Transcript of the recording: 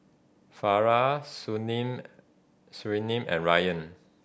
Farah Surinam and Ryan